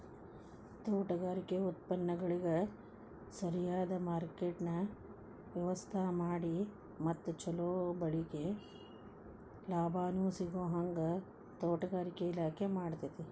ತೋಟಗಾರಿಕೆ ಉತ್ಪನ್ನಗಳಿಗ ಸರಿಯದ ಮಾರ್ಕೆಟ್ನ ವ್ಯವಸ್ಥಾಮಾಡಿ ಮತ್ತ ಚೊಲೊ ಬೆಳಿಗೆ ಲಾಭಾನೂ ಸಿಗೋಹಂಗ ತೋಟಗಾರಿಕೆ ಇಲಾಖೆ ಮಾಡ್ತೆತಿ